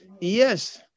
yes